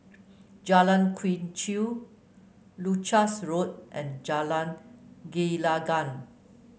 Jalan Quee Chew Leuchars Road and Jalan Gelenggang